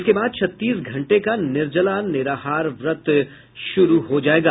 इसके बाद छत्तीस घंटे का निर्जला निराहार व्रत शुरू हो जायेगा